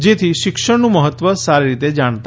જેથી શિક્ષણનું મહત્વ સારી રીતે જાણતા હતા